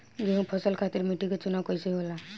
गेंहू फसल खातिर मिट्टी के चुनाव कईसे होला?